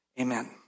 Amen